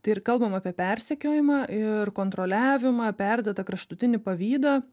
tai ir kalbam apie persekiojimą ir kontroliavimą perdėtą kraštutinį pavydą